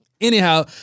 anyhow